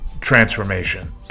transformation